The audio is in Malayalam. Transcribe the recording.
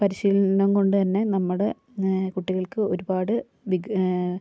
പരിശീലനം കൊണ്ടുതന്നെ നമ്മുടെ കുട്ടികൾക്ക് ഒരുപാട്